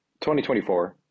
2024